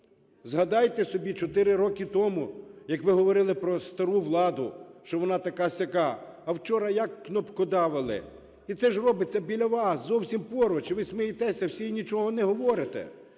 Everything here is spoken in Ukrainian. Згадайте собі, 4 роки тому, як ви говорили про стару владу, що вона така-сяка. А вчора як кнопкодавили! І це ж робиться біля вас зовсім поруч. Ви смієтеся всі, нічого не говорите.